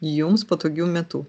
jums patogiu metu